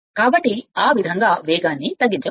కాబట్టి ఆ విధంగా వేగాన్ని తగ్గించవచ్చు